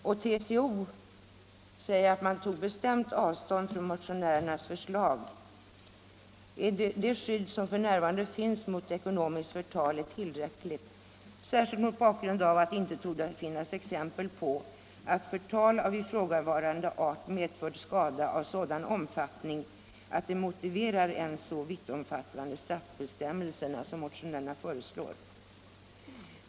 TCO tog bestämt avstånd från motionärernas förslag och sade att det skydd som f.n. finns mot ekonomiskt förtal är tillräckligt, särskilt mot bakgrund av att det inte torde finnas exempel på att förtal av ifrågavarande art medfört skada av sådan omfattning att det motiverar en så vittomfattande straffbestämmelse som motionärerna föreslår.